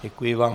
Děkuji vám.